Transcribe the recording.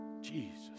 Jesus